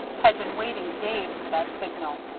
had been waiting days for that signal,